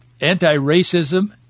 anti-racism